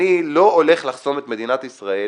אני לא הולך לחסום את מדינת ישראל,